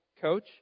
coach